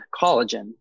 collagen